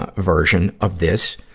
ah version of this,